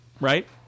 right